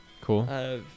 Cool